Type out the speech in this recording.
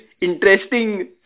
interesting